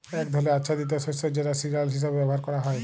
এক ধরলের আচ্ছাদিত শস্য যেটা সিরিয়াল হিসেবে ব্যবহার ক্যরা হ্যয়